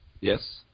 yes